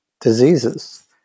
diseases